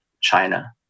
China